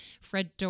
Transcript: Fred